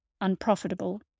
unprofitable